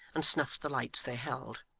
and snuffed the lights they held.